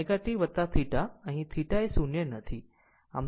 આમ sin ω t θ અહીં θ એ 0 નથી